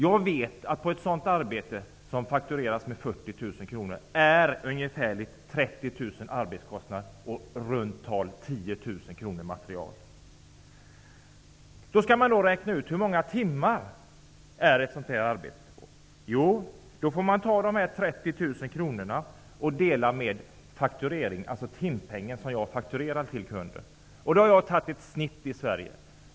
Jag vet att av ett arbete som faktureras med 40 000 kr är ca 30 000 kr arbetskostnad och i runda tal 10 000 kr materialkostnad. Man skall då räkna ut hur många timmar ett sådant här arbete omfattar. Då får man ta de 30 000 kronorna delat med den timpenning som faktureras till kunden. Jag har då tagit ett genomsnitt för Sverige.